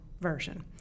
version